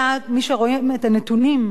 מי שרואה את הנתונים,